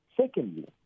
secondly